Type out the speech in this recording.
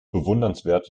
bewundernswert